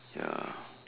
ya